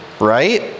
right